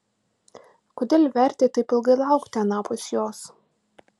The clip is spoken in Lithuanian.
kodėl vertėt taip ilgai laukti anapus jos